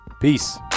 Peace